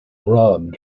robbed